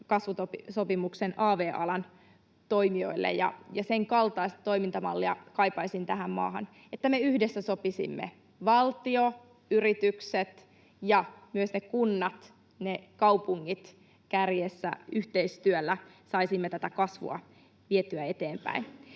kasvusopimuksen av-alan toimijoille, ja sen kaltaista toimintamallia kaipaisin tähän maahan, että me yhdessä sopisimme — valtio, yritykset ja myös ne kunnat, ne kaupungit kärjessä — yhteistyöllä saisimme tätä kasvua vietyä eteenpäin.